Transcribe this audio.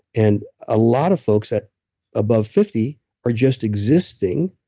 and a lot of folks at above fifty are just existing,